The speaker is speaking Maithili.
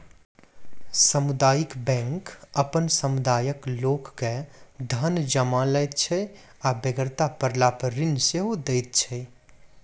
सामुदायिक बैंक अपन समुदायक लोक के धन जमा लैत छै आ बेगरता पड़लापर ऋण सेहो दैत छै